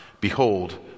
Behold